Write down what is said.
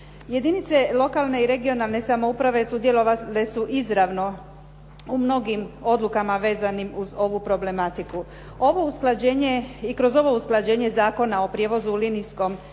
Jedinice lokalne i regionalne samouprave sudjelovale su izravno u mnogim odlukama vezanim uz ovu problematiku. I kroz ovo usklađenje Zakona o prijevozu u linijskom